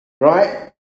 right